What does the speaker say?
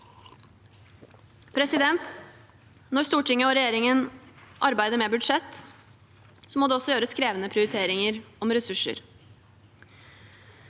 lovendringene. Når storting og regjering arbeider med budsjett, må det også gjøres krevende prioriteringer om ressurser.